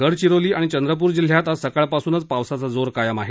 गडचिरोली आणि चंद्रप्र जिल्ह्यात आज सकाळपासूनच पावसाचा जोर कायम आहे